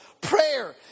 Prayer